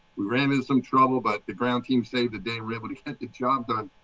we ran into some trouble, but the ground team saved the day, really get the job done.